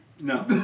No